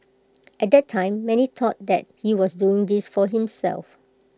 at that time many thought that he was doing this for himself